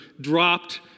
dropped